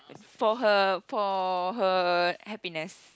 for her for her happiness